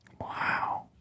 Wow